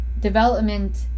development